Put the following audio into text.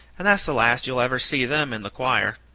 and that's the last you'll ever see them in the choir.